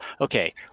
okay